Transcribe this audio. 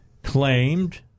claimed